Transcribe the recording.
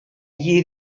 gli